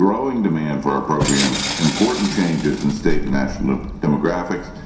growing demand for our programs, important changes in state and national demographics,